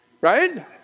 Right